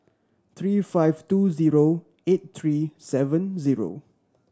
three five two zero eight three seven zero